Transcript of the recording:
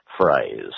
phrase